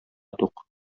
тук